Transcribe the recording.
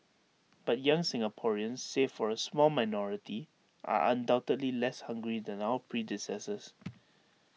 but young Singaporeans save for A small minority are undoubtedly less hungry than our predecessors